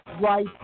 right